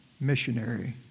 Missionary